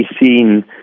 seen